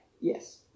Yes